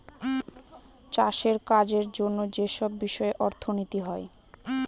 চাষের কাজের জন্য যেসব বিষয়ে অর্থনীতি হয়